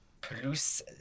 plus